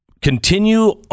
continue